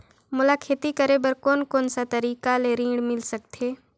मोला खेती करे बर कोन कोन सा तरीका ले ऋण मिल सकथे?